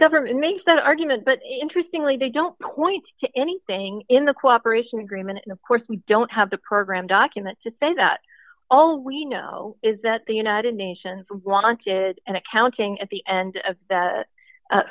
government makes that argument but interesting lee they don't point to anything in the cooperation agreement and of course we don't have the program document to say that all we know is that the united nations wanted an accounting at the end of